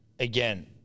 Again